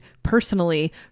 personally